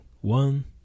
one